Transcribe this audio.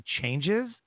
changes